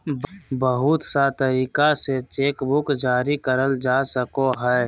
बहुत सा तरीका से चेकबुक जारी करल जा सको हय